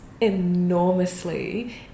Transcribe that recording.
enormously